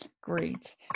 Great